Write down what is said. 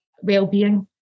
well-being